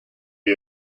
you